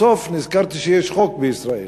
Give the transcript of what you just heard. בסוף נזכרתי שיש חוק במדינת ישראל.